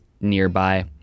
nearby